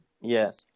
Yes